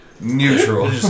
Neutral